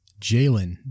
Jalen